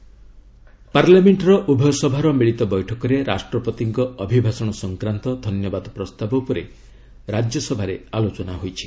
Rajya Sabha discussion ପାର୍ଲାମେଣ୍ଟର ଉଭୟ ସଭାର ମିଳିତ ବୈଠକରେ ରାଷ୍ଟ୍ରପତିଙ୍କ ଅଭିଭାଷଣ ସଂକ୍ରାନ୍ତ ଧନ୍ୟବାଦ ପ୍ରସ୍ତାବ ଉପରେ ରାଜ୍ୟସଭାରେ ଆଲୋଚନା ହୋଇଛି